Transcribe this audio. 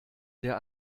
der